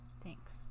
Thanks